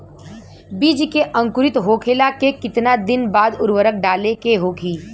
बिज के अंकुरित होखेला के कितना दिन बाद उर्वरक डाले के होखि?